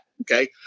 Okay